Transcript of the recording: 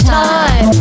time